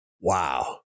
Wow